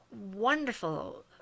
wonderful